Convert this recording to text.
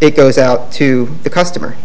it goes out to the customer